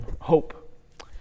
hope